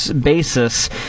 basis